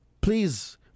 please